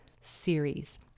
series